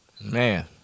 Man